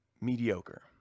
mediocre